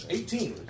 Eighteen